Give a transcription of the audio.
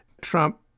Trump